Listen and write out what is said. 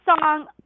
song